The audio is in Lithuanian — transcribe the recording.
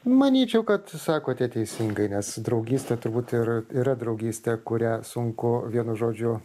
manyčiau kad sakote teisingai nes draugystė turbūt ir yra draugystė kurią sunku vienu žodžiu